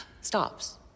stops